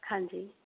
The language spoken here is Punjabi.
ਹਾਂਜੀ